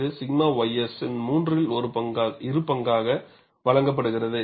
இது 𝛔 ys இன் மூன்றில் இரு பங்காக வழங்கப்படுகிறது